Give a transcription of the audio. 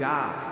God